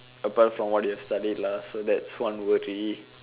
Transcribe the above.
apart from what you've studied lah so that's one worry